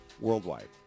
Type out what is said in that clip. worldwide